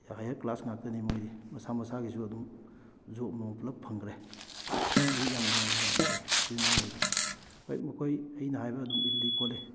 higher class ꯉꯥꯛꯇꯅꯤ ꯃꯣꯏꯗꯤ ꯃꯁꯥ ꯃꯁꯥꯒꯤꯁꯨ ꯑꯗꯨꯝ ꯖꯣꯕ ꯅꯨꯡ ꯄꯨꯂꯞ ꯐꯪꯈ꯭ꯔꯦ ꯃꯣꯏꯗꯤ ꯌꯥꯝ ꯅꯨꯡꯉꯥꯏ ꯅꯨꯡꯉꯥꯏꯅ ꯂꯩ ꯏꯆꯤꯜ ꯏꯅꯥꯎꯉꯩꯗꯤ ꯍꯣꯏ ꯃꯈꯣꯏ ꯑꯩꯅ ꯍꯥꯏꯕ ꯑꯗꯨꯝ ꯏꯜꯂꯤ ꯈꯣꯠꯂꯤ